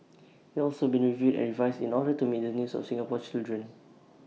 IT also been reviewed and revised in order to meet the needs of Singaporean children